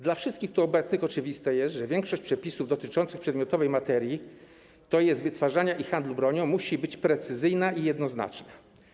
Dla wszystkich tu obecnych oczywiste jest, że większość przepisów dotyczących przedmiotowej materii, tj. wytwarzania broni i handlu nią, musi być precyzyjna i jednoznaczna.